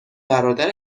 برادر